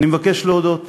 אני מבקש להודות